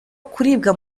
kuribwa